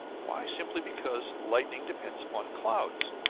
why, simply because lightning depends upon clouds.